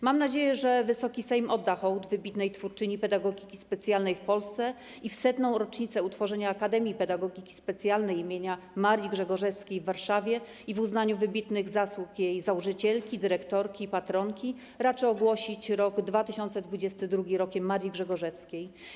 Mam nadzieję, że Wysoki Sejm odda hołd wybitnej twórczyni pedagogiki specjalnej w Polsce i w 100. rocznicę utworzenia Akademii Pedagogiki Specjalnej im. Marii Grzegorzewskiej w Warszawie, w uznaniu wybitnych zasług jej założycielki, dyrektorki, patronki raczy ogłosić rok 2022 Rokiem Marii Grzegorzewskiej.